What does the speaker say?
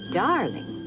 darling